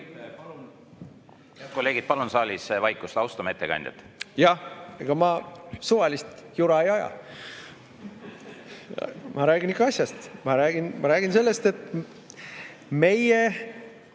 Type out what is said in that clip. kolleegid, palun saalis vaikust! Austame ettekandjat! Jah, ega ma suvalist jura ei aja. Ma räägin ikka asjast. Ma räägin sellest, et meie